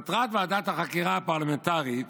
מטרת ועדת החקירה הפרלמנטרית